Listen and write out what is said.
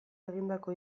egindako